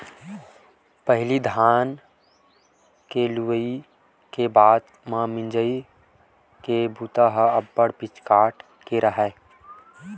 पहिली धान के लुवई के बाद म मिंजई के बूता ह अब्बड़ पिचकाट के राहय